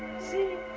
see